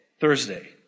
Thursday